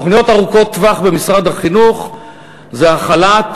תוכניות ארוכות טווח במשרד החינוך זה החלת